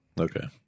okay